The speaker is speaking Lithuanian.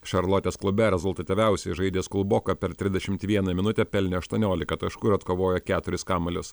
šarlotės klube rezultatyviausiai žaidęs kulboka per trisdešimt vieną minutę pelnė aštuoniolika taškų ir atkovojo keturis kamuolius